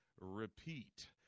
repeat